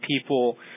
people